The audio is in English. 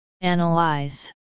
analyze